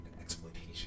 exploitation